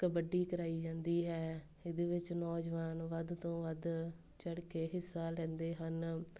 ਕਬੱਡੀ ਕਰਵਾਈ ਜਾਂਦੀ ਹੈ ਜਿਹਦੇ ਵਿੱਚ ਨੌਜਵਾਨ ਵੱਧ ਤੋਂ ਵੱਧ ਚੜ ਕੇ ਹਿੱਸਾ ਲੈਂਦੇ ਹਨ